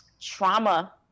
trauma